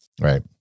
right